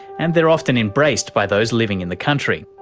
and they're often embraced by those living in the country.